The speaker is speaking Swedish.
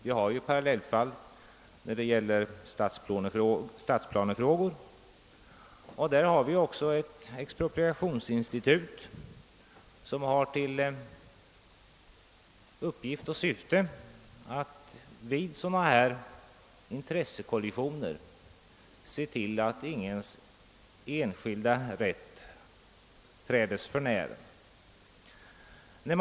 Det finns parallellfall när det gäller stadsplanefrågor, där vi har ett expropriationsinstitut med uppgift och syfte att vid intressekollisioner se till att ingen enskilds rätt trädes för när.